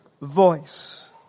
voice